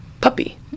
puppy